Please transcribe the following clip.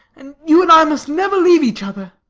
and you and i must never leave each other.